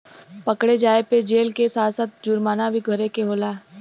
पकड़े जाये पे जेल के साथ साथ जुरमाना भी भरे के होला